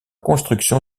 construction